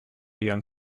young